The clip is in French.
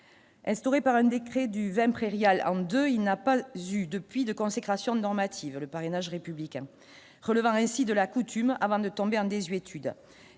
instaurée par un décret du 20 prairial, an 2 il n'a pas eu depuis de consécration normative, le parrainage républicain relevant ainsi de la coutume avant de tomber en désuétude,